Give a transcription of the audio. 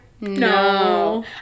No